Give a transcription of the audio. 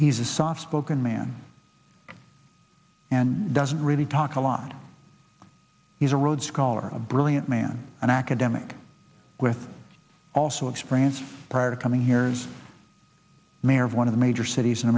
he's a soft spoken man and doesn't really talk a lot he's a rhodes scholar a brilliant and an academic with also experience prior to coming here is a mayor of one of the major cities in